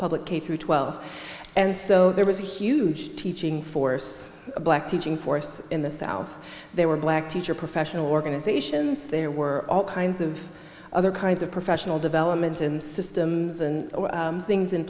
public k through twelve and so there was a huge teaching force black teaching force in the south there were black teacher professional organizations there were all kinds of other kinds of professional development and systems and things in